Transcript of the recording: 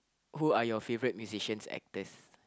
who are your favourite musicians actors